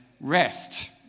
rest